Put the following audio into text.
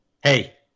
hey